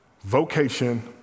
vocation